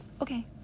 Okay